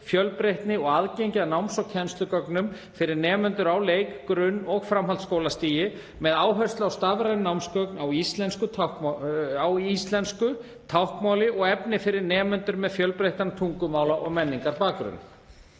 fjölbreytni og aðgengi að náms- og kennslugögnum fyrir nemendur á leik-, grunn- og framhaldsskólastigi með áherslu á stafræn námsgögn á íslensku, táknmáli og efni fyrir nemendur með fjölbreyttan tungumála- og menningarbakgrunn.